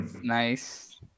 Nice